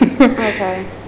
okay